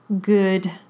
good